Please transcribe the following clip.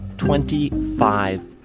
twenty. five.